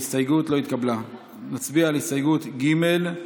ההסתייגות לחלופין (ב)